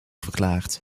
verklaard